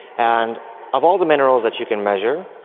and of all the minerals that you can measure,